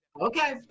okay